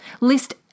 List